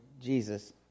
Jesus